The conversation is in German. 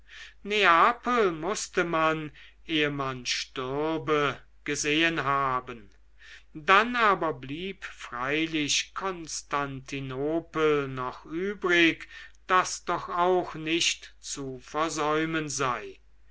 neapel mußte man ehe man stürbe gesehen haben dann aber blieb freilich konstantinopel noch übrig das doch auch nicht zu versäumen sei